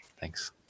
Thanks